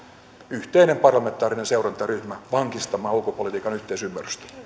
yhteinen parlamentaarinen seurantaryhmä vankistamaan ulkopolitiikan yhteisymmärrystä